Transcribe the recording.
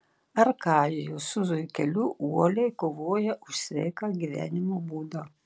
arkadijus su zuikeliu uoliai kovoja už sveiką gyvenimo būdą